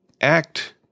act